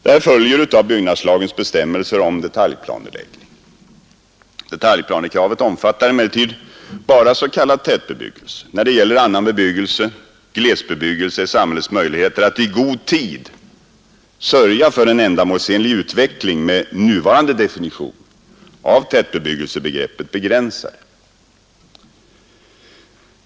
Det här följer av byggnadslagens bestämmelser om detaljplanläggning. Detaljplankravet omfattar emellertid bara s.k. tätbebyggelse. När det gäller annan bebyggelse, glesbebyggelse, är samhällets möjligheter att i god tid sörja för en ändamålsenlig utveckling med nuvarande definition av tätbebyggelsebegreppet begränsade.